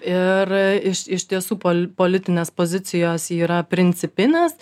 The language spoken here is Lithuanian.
ir iš iš tiesų pol politinės pozicijos yra principinės